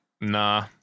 nah